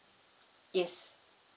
yes